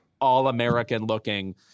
all-American-looking